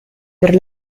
per